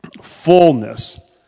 Fullness